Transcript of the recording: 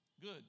Good